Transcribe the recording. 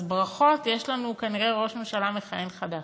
אז ברכות, יש לנו כנראה ראש ממשלה מכהן חדש.